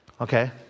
Okay